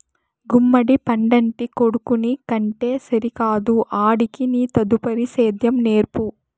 గుమ్మడి పండంటి కొడుకుని కంటే సరికాదు ఆడికి నీ తదుపరి సేద్యం నేర్పు